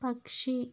പക്ഷി